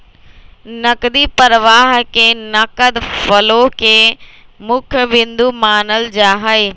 नकदी प्रवाह के नगद फ्लो के मुख्य बिन्दु मानल जाहई